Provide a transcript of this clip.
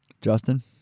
Justin